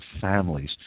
families